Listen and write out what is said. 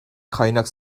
kaynak